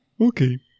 Okay